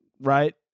right